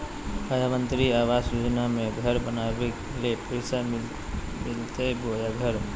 प्रधानमंत्री आवास योजना में घर बनावे ले पैसा मिलते बोया घर?